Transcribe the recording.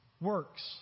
Works